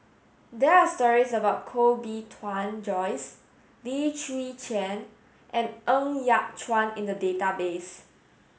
there are stories about Koh Bee Tuan Joyce Lim Chwee Chian and Ng Yat Chuan in the database